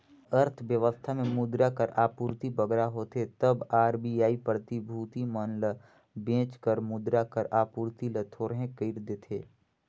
अर्थबेवस्था में मुद्रा कर आपूरति बगरा होथे तब आर.बी.आई प्रतिभूति मन ल बेंच कर मुद्रा कर आपूरति ल थोरहें कइर देथे